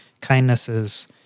kindnesses